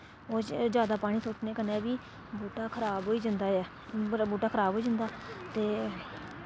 ओह् जैदा पानी सु'ट्टने कन्नै बी बूह्टा खराब होई जंदा ऐ बूह्टा खराब होई जंदा ते